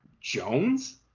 Jones